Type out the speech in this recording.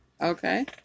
Okay